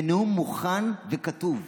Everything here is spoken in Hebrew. זה נאום מוכן וכתוב.